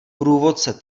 průvodce